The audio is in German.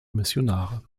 missionare